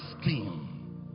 skin